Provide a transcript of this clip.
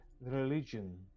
religion